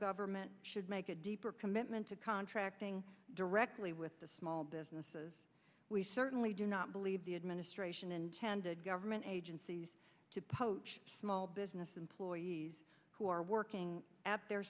government should make a deeper commitment to contracting directly with the small businesses we certainly do not believe the administration intended government agencies to poach small business employees who are working at their